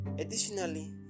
Additionally